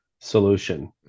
solution